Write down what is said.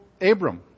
Abram